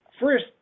first